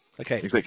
Okay